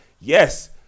yes